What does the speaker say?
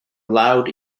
allowed